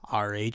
RH